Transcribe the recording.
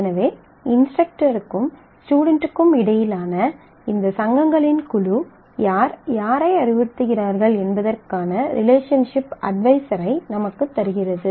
எனவே இன்ஸ்டரக்டருக்கும் ஸ்டுடென்ட்டுக்கும் இடையிலான இந்த சங்கங்களின் குழு யார் யாரை அறிவுறுத்துகிறார்கள் என்பதற்கான ரிலேஷன்ஷிப் அட்வைசரை நமக்குத் தருகிறது